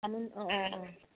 আমি অঁ অঁ অঁ